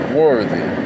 worthy